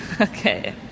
okay